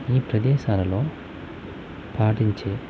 ఈ ప్రదేశాలలో పాటించే